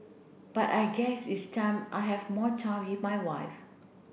but I guess it's time I have more time with my wife